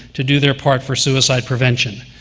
to do their part for suicide prevention.